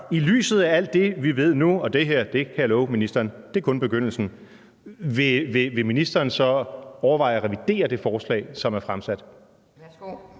I lyset af alt det, vi ved nu – og det her kan jeg love ministeren kun er begyndelsen – vil ministeren så overveje at revidere det forslag, som er fremsat?